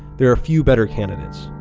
there are few better candidates.